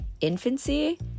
infancy